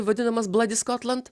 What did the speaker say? vadinamas bladi skotland